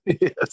Yes